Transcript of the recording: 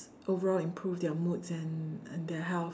overall improve their moods and and their health